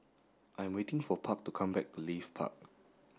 I am waiting for Park to come back from Leith Park